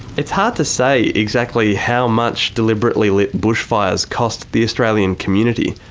it's hard to say exactly how much deliberately lit bushfires costs the australian community.